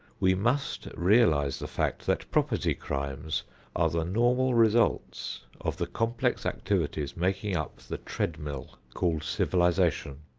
we must realize the fact that property crimes are the normal results of the complex activities making up the treadmill called civilization.